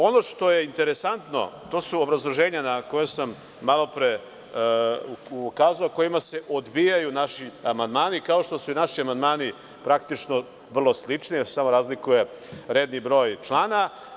Ono što je interesantno, to su obrazloženja na koja sam malopre ukazao kojima se odbijaju naši amandmani, kao što su naši amandmani praktično vrlo slični samo se razlikuje redni broj člana.